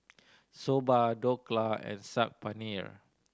Soba Dhokla and Saag Paneer